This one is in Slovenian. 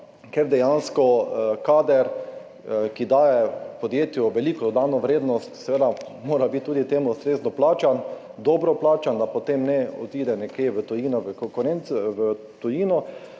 ker dejansko kader, ki daje podjetju veliko dodano vrednost, seveda, mora biti tudi temu ustrezno plačan, dobro plačan, da potem ne odide nekam v tujino. Tu pa dejansko